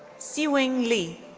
siying li.